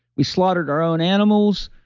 we slaughtered our own animals.